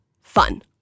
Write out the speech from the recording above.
fun